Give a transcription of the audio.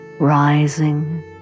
rising